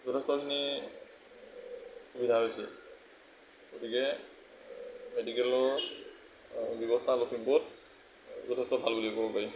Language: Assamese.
যথেষ্টখিনি সুবিধা হৈছে গতিকে মেডিকেলৰ ব্যৱস্থা লখিমপুৰত যথেষ্ট ভাল বুলি ক'ব পাৰি